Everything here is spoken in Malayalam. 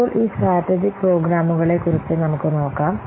ഇപ്പോൾ ഈ സ്ട്രാടെജിക്ക് പ്രോഗ്രാമുകളെക്കുറിച്ച് നമുക്ക് നോക്കാം